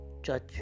judge